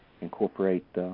incorporate